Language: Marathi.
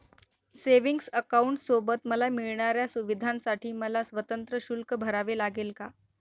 सेविंग्स अकाउंटसोबत मला मिळणाऱ्या सुविधांसाठी मला स्वतंत्र शुल्क भरावे लागेल का?